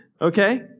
Okay